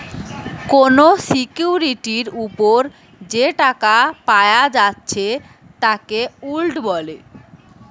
কোনো সিকিউরিটির উপর যে টাকা পায়া যাচ্ছে তাকে ইল্ড বলে